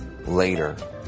later